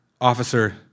officer